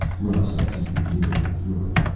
rust has eaten nearly through it.